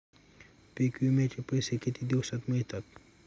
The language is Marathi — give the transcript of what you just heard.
पीक विम्याचे पैसे किती दिवसात मिळतात?